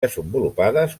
desenvolupades